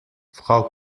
frau